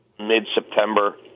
mid-September